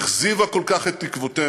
שהכזיבה כל כך את תקוותינו.